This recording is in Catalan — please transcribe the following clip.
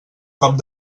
cop